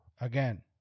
Again